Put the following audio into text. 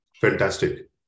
Fantastic